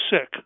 sick